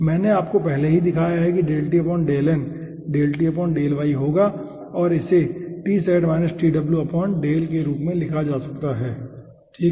मैंने आपको पहले ही दिखाया है कि होगा और इसे के रूप में लिखा जा सकता है ठीक है